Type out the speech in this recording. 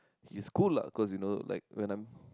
he is cool lah cause you know like when I'm